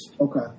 okay